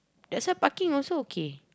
that side parking also okay